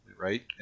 right